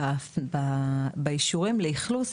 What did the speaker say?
באישורים לאכלוס,